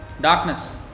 darkness